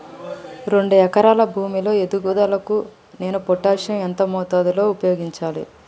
రెండు ఎకరాల భూమి లో ఎదుగుదలకి నేను పొటాషియం ఎంత మోతాదు లో ఉపయోగించాలి?